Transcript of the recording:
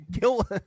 kill